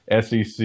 SEC